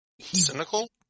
Cynical